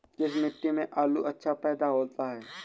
किस मिट्टी में आलू अच्छा पैदा होता है?